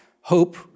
hope